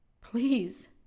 please